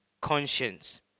conscience